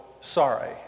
sorry